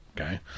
okay